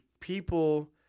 people